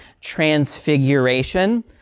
transfiguration